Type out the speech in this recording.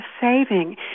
saving